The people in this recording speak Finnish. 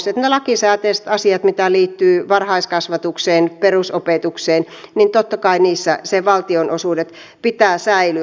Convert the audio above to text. totta kai niissä lakisääteisissä asioissa mitä liittyy varhaiskasvatukseen perusopetukseen niiden valtionosuuksien pitää säilyä